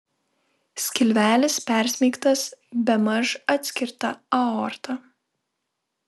skilvelis persmeigtas bemaž atskirta aorta